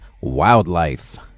Wildlife